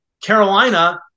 Carolina